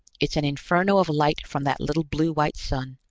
it's an inferno of light from that little blue-white sun,